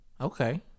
Okay